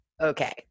Okay